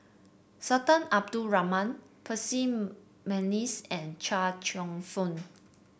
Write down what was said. Sultan Abdul Rahman Percy McNeice and Chia Cheong Fook